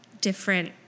different